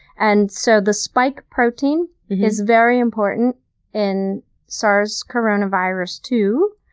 and so the spike protein is very important in sars coronovirus two,